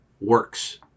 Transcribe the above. works